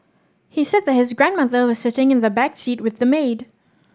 he said that his grandmother was sitting in the back seat with the maid